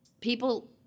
people